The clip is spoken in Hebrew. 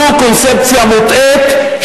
זו קונספציה מוטעית,